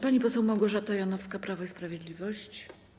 Pani poseł Małgorzata Janowska, Prawo i Sprawiedliwość.